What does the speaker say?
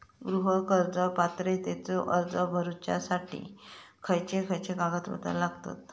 गृह कर्ज पात्रतेचो अर्ज भरुच्यासाठी खयचे खयचे कागदपत्र लागतत?